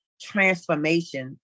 transformation